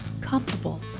comfortable